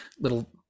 little